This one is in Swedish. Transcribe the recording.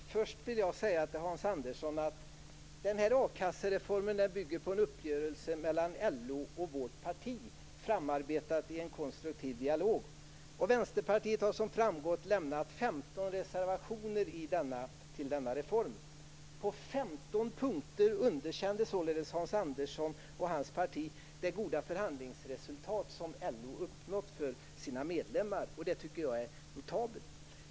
Herr talman! Först vill jag säga till Hans Andersson att den här a-kassereformen bygger på en uppgörelse mellan LO och vårt parti. Den är framarbetad i en konstruktiv dialog. Vänsterpartiet har som framgått lämnat 15 reservationer när det gäller denna reform. På 15 punkter underkänner således Hans Andersson och hans parti det goda förhandlingsresultat som LO har uppnått för sina medlemmar. Det tycker jag är notabelt.